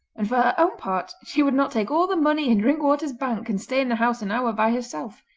and for her own part she would not take all the money in drinkwater's bank and stay in the house an hour by herself.